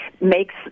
makes